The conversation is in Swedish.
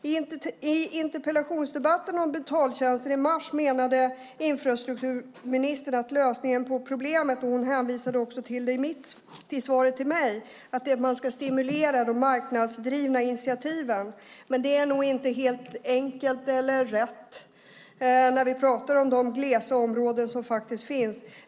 I interpellationsdebatten i mars om betaltjänster menade infrastrukturministern att lösningen på problemet - hon hänvisade också till det i svaret till mig - är att man ska stimulera de marknadsdrivna initiativen. Det är nog inte helt enkelt eller rätt när vi pratar om de glesa områdena.